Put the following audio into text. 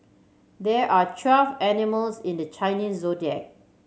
there are twelve animals in the Chinese Zodiac